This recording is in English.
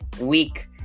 week